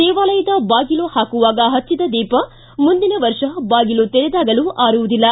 ದೇವಾಲಯದ ಬಾಗಿಲು ಹಾಕುವಾಗ ಹಚ್ಚಿದ ದೀಪ ಮುಂದಿನ ವರ್ಷ ಬಾಗಿಲು ತೆರೆದಾಗಲೂ ಆರಿರುವುದಿಲ್ಲ